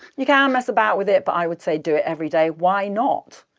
you can mess about with it, but i would say do it every day why not?